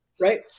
Right